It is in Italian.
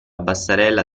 basterella